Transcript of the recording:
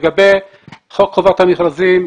לגבי חוק חובת המכרזים,